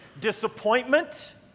disappointment